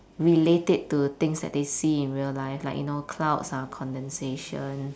relate it to things that they see in real life like you know clouds are condensation